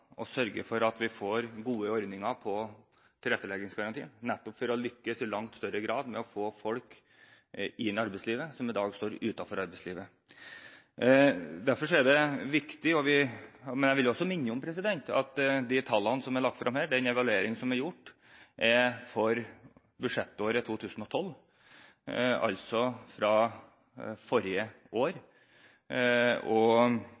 å sørge for at vi får gode ordninger på tilretteleggingsgarantien, nettopp for å lykkes i langt større grad med å få folk som står utenfor arbeidslivet, inn i arbeidslivet. Derfor er dette viktig. Jeg vil også minne om at de tallene som er lagt fram her, og den evalueringen som er gjort, er for budsjettåret 2012, altså fra forrige